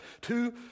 Two